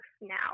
now